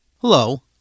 Hello